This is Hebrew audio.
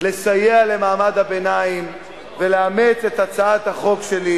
לסייע למעמד הביניים ולאמץ את הצעת החוק שלי,